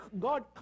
God